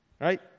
right